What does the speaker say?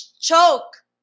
choke